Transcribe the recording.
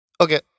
Okay